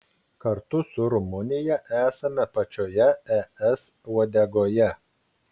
kartu su rumunija esame pačioje es uodegoje